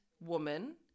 woman